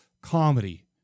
comedy